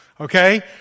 Okay